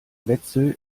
wetzel